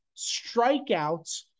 strikeouts